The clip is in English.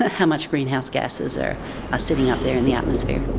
ah how much greenhouse gases are ah sitting up there in the atmosphere.